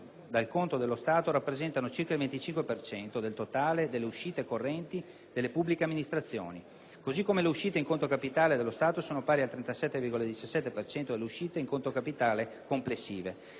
conto dello Stato rappresentano circa il 25 per cento del totale delle uscite correnti delle pubbliche amministrazioni mentre le uscite in conto capitale dello Stato sono pari al 37,17 per cento delle uscite in conto capitale complessive.